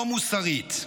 לא מוסרית".